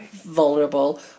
vulnerable